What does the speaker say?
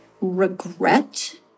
regret